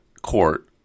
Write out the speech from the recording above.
court